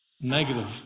negative